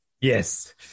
Yes